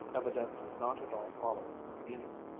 evidently not at all following her meaning.